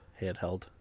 handheld